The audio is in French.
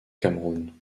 cameroun